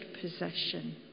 possession